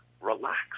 relax